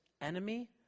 enemy